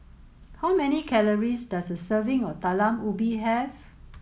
how many calories does a serving of Talam Ubi Have